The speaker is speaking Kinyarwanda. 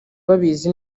babizi